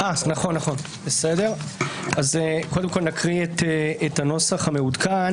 אדוני היועץ המשפטי, בבקשה.